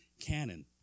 canon